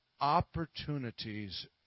opportunities